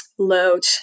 Load